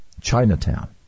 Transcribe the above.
Chinatown